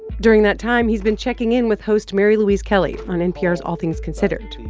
during that time, he's been checking in with host mary louise kelly on npr's all things considered.